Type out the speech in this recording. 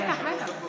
בטח, בטח.